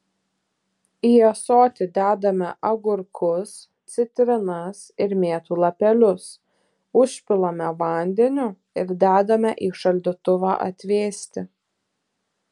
į ąsoti dedame agurkus citrinas ir mėtų lapelius užpilame vandeniu ir dedame į šaldytuvą atvėsti